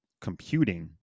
computing